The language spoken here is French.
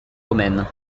romaines